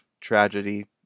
tragedy